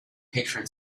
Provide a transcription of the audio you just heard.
patron